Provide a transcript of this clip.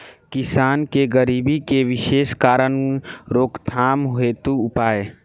किसान के गरीबी के विशेष कारण रोकथाम हेतु उपाय?